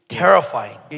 terrifying